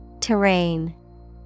Terrain